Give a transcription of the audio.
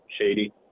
shady